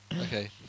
Okay